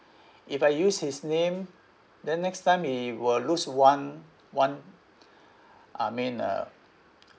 if I use his name then next time he will lose one one I mean uh